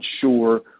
sure